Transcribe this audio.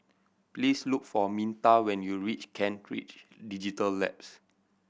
please look for Minta when you reach Kent Ridge Digital Labs